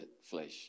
flesh